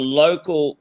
local